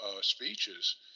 speeches